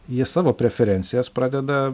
jie savo preferencijas pradeda